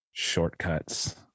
shortcuts